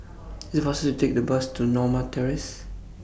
IT IS faster to Take The Bus to Norma Terrace